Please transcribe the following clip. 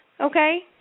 Okay